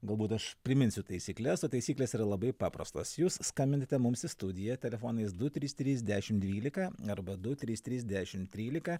galbūt aš priminsiu taisykles o taisyklės yra labai paprastos jūs skambinate mums į studiją telefonais du trys trys dešim dvylika arba du trys trys dešim trylika